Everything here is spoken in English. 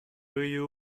you